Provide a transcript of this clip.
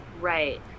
right